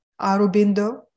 Arubindo